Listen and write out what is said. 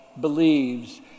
believes